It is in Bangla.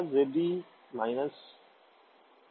এর মানে কি